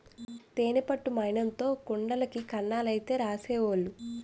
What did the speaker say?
తేనె పట్టు మైనంతో కుండలకి కన్నాలైతే రాసేవోలు